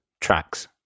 tracks